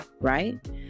right